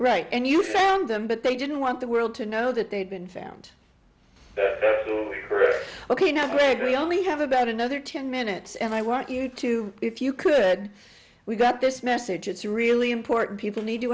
right and you found them but they didn't want the world to know that they'd been found ok now quickly only have about another ten minutes and i want you to if you could we got this message it's really important people need to